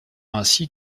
ainsi